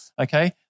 Okay